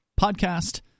podcast